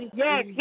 yes